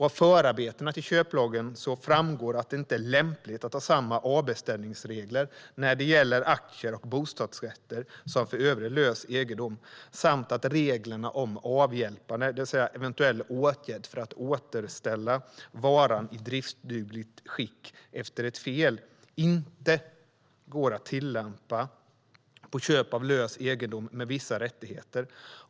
Av förarbetena till köplagen framgår att det inte är lämpligt att ha samma avbeställningsregler för aktier och bostadsrätter som för övrig lös egendom samt att reglerna om avhjälpande, det vill säga eventuell åtgärd för att återställa varan i driftsdugligt skick efter ett fel, inte går att tillämpa på köp av lös egendom med vissa rättigheter.